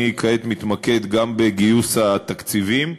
אני כעת מתמקד גם בגיוס התקציבים,